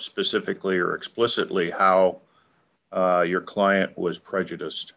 specifically or explicitly how your client was prejudiced